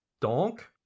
Donc